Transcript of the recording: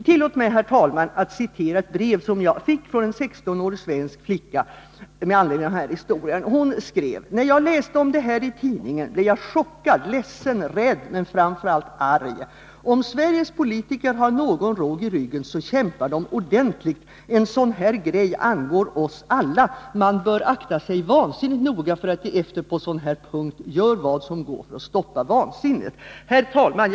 Tillåt mig, herr talman, att citera ur ett brev som jag fått från en 16-årig svensk flicka med anledning av den aktuella händelsen: ”När jag läste om det här i tidningen blev jag chockad, ledsen, rädd men framför allt arg. Om Sveriges politiker har någon råg i ryggen så kämpar de ordentligt. En sådan här grej angår oss alla! Man bör akta sig vansinnigt noga för att ge efter på en sådan här punkt. Gör vad som går för att stoppa vansinnet!” Herr talman!